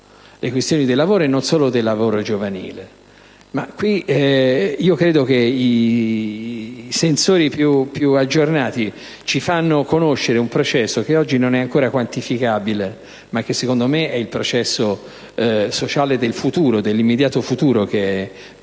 alle questioni del lavoro e non solo del lavoro giovanile. Credo che i sensori più aggiornati ci facciano conoscere un processo che oggi non è ancora quantificabile, ma che secondo me è il preoccupante processo sociale dell'immediato futuro: